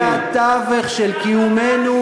זה לא מיצוי כושר השתכרות,